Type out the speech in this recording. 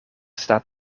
staat